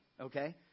Okay